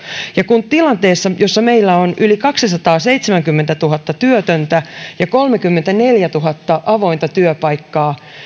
ja tilanteessa jossa meillä on yli kaksisataaseitsemänkymmentätuhatta työtöntä ja kolmekymmentäneljätuhatta avointa työpaikkaa